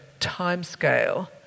timescale